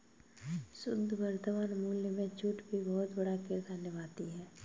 शुद्ध वर्तमान मूल्य में छूट भी बहुत बड़ा किरदार निभाती है